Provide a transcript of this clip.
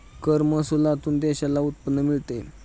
कर महसुलातून देशाला उत्पन्न मिळते